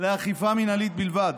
לאכיפה מינהלית בלבד.